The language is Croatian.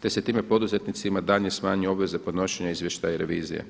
te se time poduzetnicima daljnje smanjuje obveza podnošenja izvještaja i revizije.